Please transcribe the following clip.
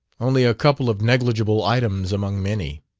only a couple of negligible items among many.